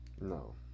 No